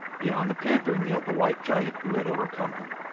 beyond the panther kneeled the white giant who had overcome him.